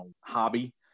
hobby